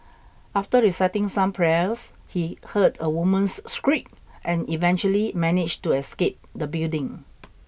after reciting some prayers he heard a woman's shriek and eventually managed to escape the building